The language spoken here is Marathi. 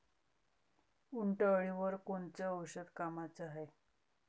उंटअळीवर कोनचं औषध कामाचं हाये?